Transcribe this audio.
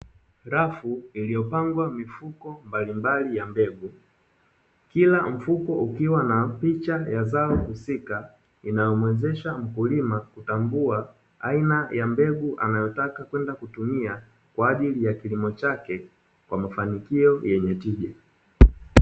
Rafu iliyopangwa mifuko mbalimbali ya mbegu. Kila mfuko ukiwa na picha ya zao husika inayomwezesha mkulima kutambua aina ya mbegu anayotaka kwenda kutumia, kwa ajili ya kilimo chake kwa mafanikio yenye tija.